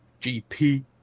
GP